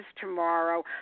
tomorrow